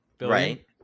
right